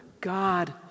God